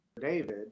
David